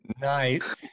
nice